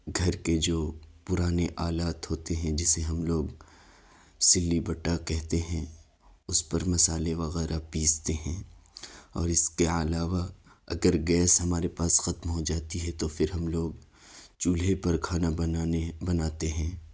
گھر کے جو پرانے آلات ہوتے ہیں جسے ہم لوگ سلی بٹہ کہتے ہیں اس پر مسالے وغیرہ پیستے ہیں اور اس کے علاوہ اگر گیس ہمارے پاس ختم ہو جاتی ہے تو پھر ہم لوگ چولہے پر کھانا بنانے بناتے ہیں